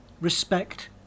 respect